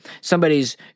somebody's